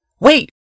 Wait